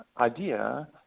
idea